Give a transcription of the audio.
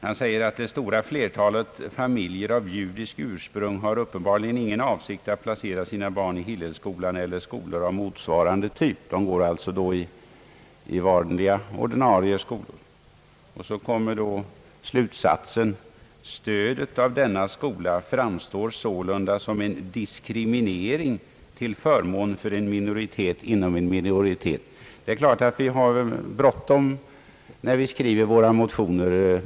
Han säger: »Det stora flertalet familjer av judiskt ursprung har uppenbarligen ingen avsikt att placera sina barn i Hillelskolan eller skolor av motsvarande typ.» De går alltså i ordinarie skolor. Sedan kommer slutsatsen: »Stödet av denna skola framstår sålunda som en diskriminering till förmån för en minoritet inom en minoritet.» Självfallet har vi bråttom när vi skriver våra motioner.